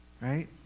right